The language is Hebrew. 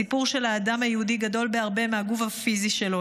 הסיפור של האדם היהודי גדול בהרבה מהגוף הפיזי שלו.